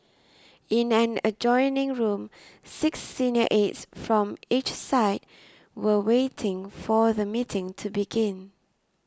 in an adjoining room six senior aides from each side were waiting for the meeting to begin